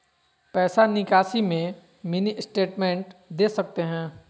पैसा निकासी में मिनी स्टेटमेंट दे सकते हैं?